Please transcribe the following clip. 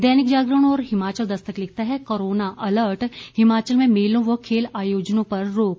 दैनिक जागरण और हिमाचल दस्तक लिखता है कोरोना अलर्ट हिमाचल में मेलों व खेल आयोजनों पर रोक